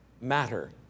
Matter